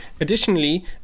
additionally